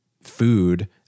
food